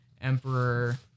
Emperor